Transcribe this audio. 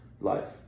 life